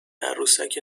عروسک